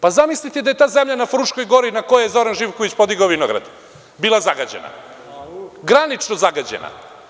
Pa, zamislite da je ta zemlja na Fruškoj gori, na kojoj je Zoran Živković podigao vinograd, bila zagađena, granično zagađena.